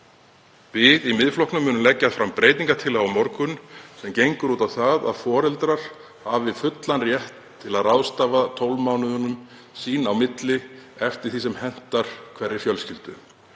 Við í Miðflokknum munum leggja fram breytingartillögu á morgun sem gengur út á það að foreldrar hafi fullan rétt til að ráðstafa 12 mánuðunum sín á milli eftir því sem hentar hverri fjölskyldu.